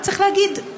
צריך להגיד,